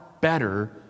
better